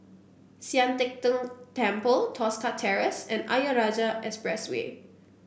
Sian Teck Tng Temple Tosca Terrace and Ayer Rajah Expressway